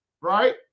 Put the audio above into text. right